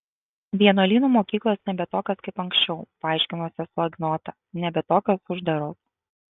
vienuolynų mokyklos nebe tokios kaip anksčiau paaiškino sesuo ignotą nebe tokios uždaros